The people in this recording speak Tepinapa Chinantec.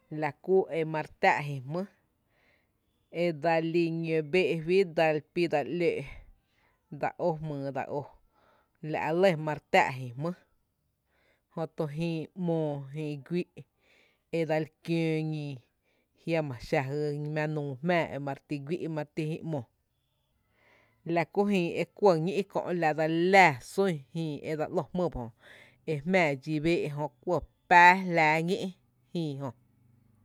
La kú e mare tⱥⱥ’ jïï jmý, e dsa lí ñoo béé’ fí, dsa lí e pi e ‘lóó’, dsa ó jmyy dsa ó, la’ lɇ ma re t ⱥⱥ’ jï jmý, jötu jïï ‘moo jïï guï’ e dseli kiöö ñiñi jiama xa jy mⱥⱥ nuu jmⱥⱥ ma re ti guí’, la kú jïï e kuɇ ñí’ kö’ dsa li laa sún jïï e dse ‘ló jmý ba jö, e jmⱥⱥ dxí bee’ jö kuɇ pⱥⱥ jlⱥⱥ ñí’ ji jö.